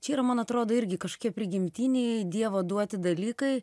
čia yra man atrodo irgi kažkokie prigimtiniai dievo duoti dalykai